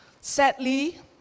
Sadly